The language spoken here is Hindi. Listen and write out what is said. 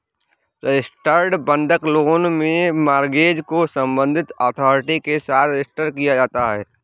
रजिस्टर्ड बंधक लोन में मॉर्गेज को संबंधित अथॉरिटी के साथ रजिस्टर किया जाता है